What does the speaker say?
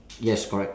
yes correct